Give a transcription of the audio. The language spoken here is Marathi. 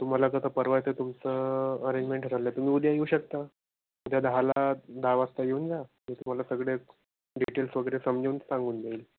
तुम्हाला कसं परवडतं आहे तुमचं अरेंजमेंट ठरवलं आहे तुम्ही उद्या येऊ शकता उद्या दहाला दहा वाजता येऊन जा मी तुम्हाला सगळे डिटेल्स वगैरे समजावून सांगून देईन